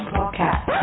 Podcast